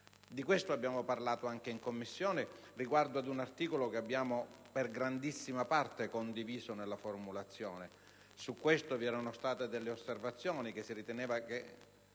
scienza abbiamo parlato anche in Commissione riguardo ad un articolo per grandissima parte condiviso nella formulazione. Su questo vi erano state delle osservazioni, ritenendo che